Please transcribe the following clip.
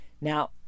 now